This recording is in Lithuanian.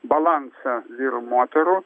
balansą vyrų moterų